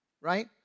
right